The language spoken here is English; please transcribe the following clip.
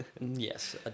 Yes